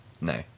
No